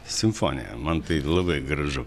simfonija man tai labai gražu